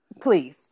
please